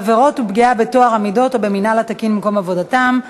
עבירות ופגיעה בטוהר המידות או במינהל התקין במקום עבודתם),